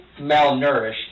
malnourished